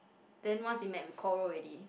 then once we met we quarrel already